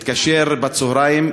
בצהריים,